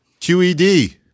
QED